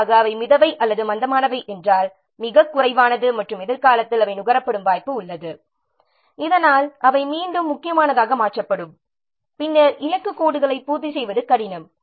குறிப்பாக அவை மிதவை அல்லது மந்தமானவை என்றால் மிகக் குறைவானது மற்றும் எதிர்காலத்தில் அவை நுகரப்படும் வாய்ப்பு உள்ளது இதனால் அவை மீண்டும் முக்கியமானதாக மாற்றப்படும் பின்னர் இலக்கு கோடுகளை பூர்த்தி செய்வது கடினம்